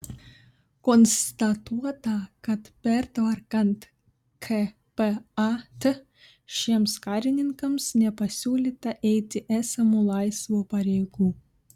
konstatuota kad pertvarkant kpat šiems karininkams nepasiūlyta eiti esamų laisvų pareigų